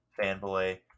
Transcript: fanboy